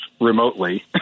remotely